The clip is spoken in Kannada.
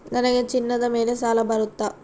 ನನಗೆ ಚಿನ್ನದ ಮೇಲೆ ಸಾಲ ಬರುತ್ತಾ?